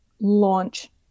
launch